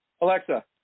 Alexa